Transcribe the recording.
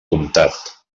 comptat